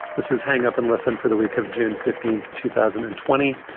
this is hang up and listen for the week of june fifteen to two thousand and twenty.